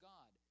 God